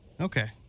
Okay